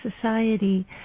society